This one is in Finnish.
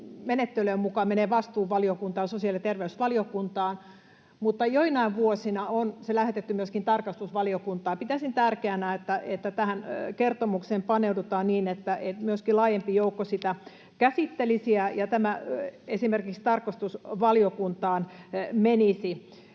menettelyjemme mukaan menee vastuuvaliokuntaan, sosiaali- ja terveysvaliokuntaan, mutta joinain vuosina se on lähetetty myöskin tarkastusvaliokuntaan. Pitäisin tärkeänä, että tähän kertomukseen paneudutaan niin, että myöskin laajempi joukko sitä käsittelisi ja tämä esimerkiksi tarkastusvaliokuntaan menisi.